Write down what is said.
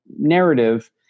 narrative